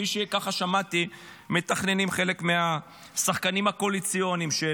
כפי ששמעתי שמתכננים חלק מהשחקנים הקואליציוניים של